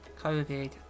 covid